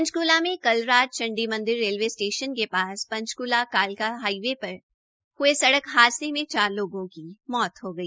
पंचकूला में कल रात चंडीमंदिर रेलवे स्टेशन के पास पंचकूला कालका हाईवे पर हये सड़क हादसे में चार लोगों की मौत हो गई